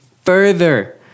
further